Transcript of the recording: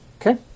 Okay